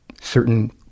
certain